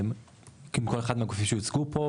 כל אחד מהגופים שהוצגו פה,